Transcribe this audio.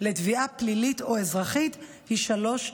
לתביעה פלילית או אזרחית היא שלוש שנים.